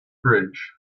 bridge